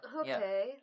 Okay